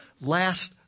last